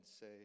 say